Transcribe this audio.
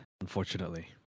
unfortunately